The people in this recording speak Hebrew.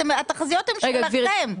התחזיות הן שלכם,